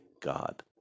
God